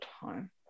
time